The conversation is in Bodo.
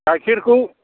गाइखेरखौ